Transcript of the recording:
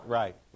right